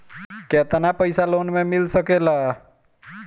केतना पाइसा लोन में मिल सकेला?